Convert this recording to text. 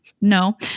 No